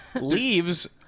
Leaves